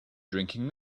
drinking